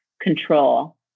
control